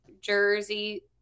Jersey